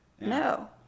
No